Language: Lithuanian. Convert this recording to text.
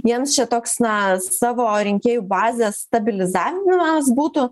jiems čia toks na savo rinkėjų bazės stabilizavimas būtų